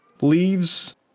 leaves